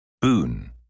Boon